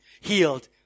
healed